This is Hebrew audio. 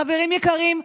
חברים יקרים,